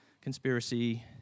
Conspiracy